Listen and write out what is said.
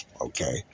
okay